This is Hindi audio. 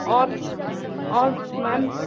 और और मैम